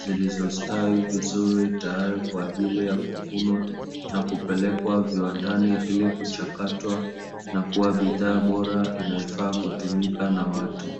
zilizostawi vizuri tayari kwa ajili ya kuvunwa na kupelekwa viwandani ili kuchakatwa na kuwa bidhaa bora inayofaa kutumika na watu.